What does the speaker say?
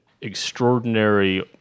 extraordinary